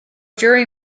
jury